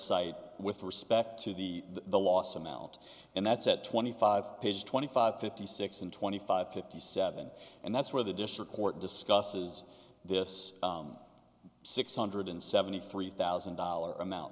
site with respect to the the loss amount and that's at twenty five pages twenty five fifty six and twenty five fifty seven and that's where the district court discusses this six hundred seventy three thousand dollar amount